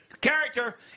Character